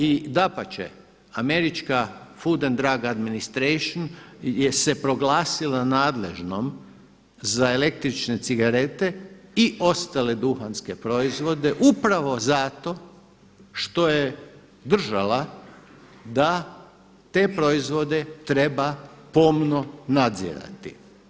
I dapače, američka Food and drug administration je se proglasila nadležnom za električne cigarete i ostale duhanske proizvode upravo zato što je držala da te proizvode treba pomno nadzirati.